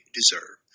deserve